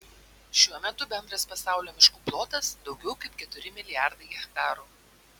šiuo metu bendras pasaulio miškų plotas daugiau kaip keturi milijardai hektarų